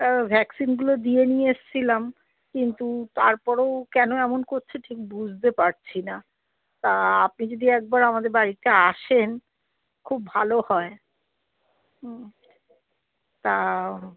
ভ্যাকসিনগুলো দিয়ে নিয়ে এসছিলাম কিন্তু তারপরেও কেন এমন করছে ঠিক বুঝতে পারছি না তা আপনি যদি একবার আমাদের বাড়িতে আসেন খুব ভালো হয় তা